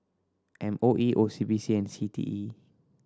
M O E O C B C and C T E